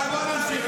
ולדימיר,